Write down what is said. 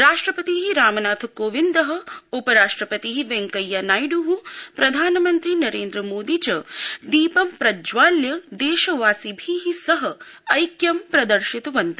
राष्ट्रपति रामनाथ कोविंद उपराष्ट्रपति वेंकैयानायड् प्रधानमंत्री नरेन्द्रमोदीश्च दीपं प्रज्ज्वाल्य देशवासिभि सह ऐक्यं प्रदर्शितवन्त